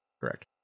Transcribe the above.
correct